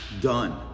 done